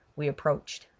we approached.